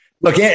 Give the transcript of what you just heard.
Look